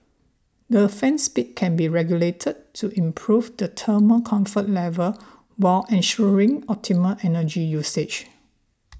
the fan speed can be regulated to improve the thermal comfort level while ensuring optimal energy usage